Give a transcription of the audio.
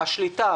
השליטה,